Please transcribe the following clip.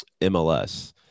MLS